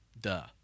duh